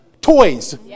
Toys